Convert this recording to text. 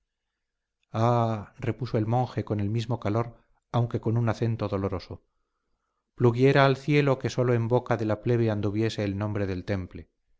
repuso el monje con el mismo calor aunque con un acento doloroso pluguiera al cielo que sólo en boca de la plebe anduviese el nombre del temple